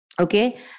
okay